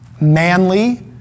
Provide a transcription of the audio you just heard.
manly